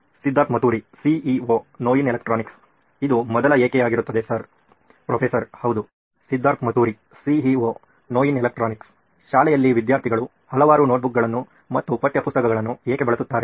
Siddharth Mathuri CEO ನೋಯಿನ್ electronics ಇದು ಮೊದಲ "ಏಕೆ" ಆಗಿರುತ್ತದೆ ಸರ್ ಪ್ರೊಫೆಸರ್ ಹೌದು ಸಿದ್ಧಾರ್ಥ್ ಮತುರಿ ಸಿಇಒ ನೋಯಿನ್ ಎಲೆಕ್ಟ್ರಾನಿಕ್ಸ್ ಶಾಲೆಯಲ್ಲಿ ವಿದ್ಯಾರ್ಥಿಗಳು ಹಲವಾರು ನೋಟ್ಬುಕ್ಗಳು ಮತ್ತು ಪಠ್ಯಪುಸ್ತಕಗಳನ್ನು ಏಕೆ ಬಳಸುತ್ತಾರೆ